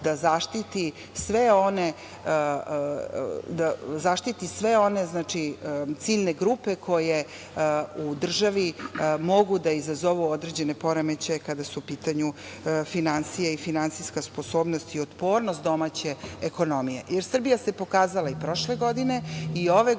da zaštiti sve one ciljne grupe koje u državi mogu da izazovu određene poremećaje kada su u pitanju finansije i finansijska sposobnost i otpornost domaće ekonomije, jer Srbija se pokazala i prošle i ove godine